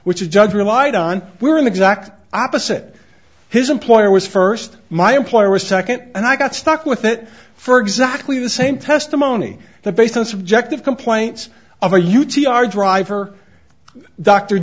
which is judge relied on we were in the exact opposite his employer was first my employer was second and i got stuck with it for exactly the same testimony that based on subjective complaints of a u t r driver dr